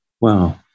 Wow